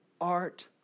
art